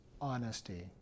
honesty